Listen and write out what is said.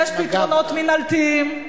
יש פתרונות מינהלתיים.